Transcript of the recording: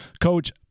Coach